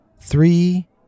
Three